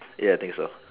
yeah I think so